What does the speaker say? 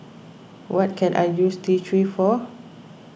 what can I use T three for